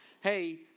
Hey